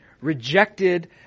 rejected